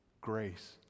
grace